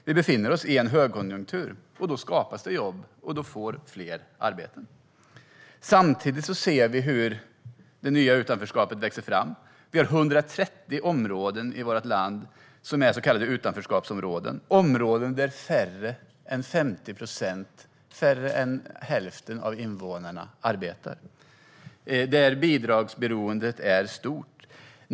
Vi befinner oss i en högkonjunktur. Då skapas det jobb, och fler får arbete. Samtidigt ser vi det nya utanförskapet växa fram. Vi har 130 områden i vårt land som är så kallade utanförskapsområden. Det är områden där mindre än 50 procent, alltså mindre än hälften, av invånarna arbetar och där bidragsberoendet är stort.